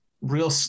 real